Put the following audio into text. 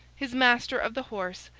his master of the horse,